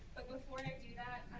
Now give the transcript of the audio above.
but before i do that,